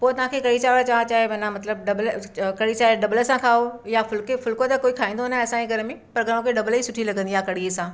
पोइ तव्हां खे कढ़ी चांवर मतिलबु डबल कढ़ी चाहे डॿल सां खाओ यां फुल्के फुल्को त कोई खाईंदो न आहे असांजे घर में पर घणो करे डबल ई सुठी लॻंदी आहे कढ़ी सां